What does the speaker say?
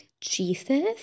Jesus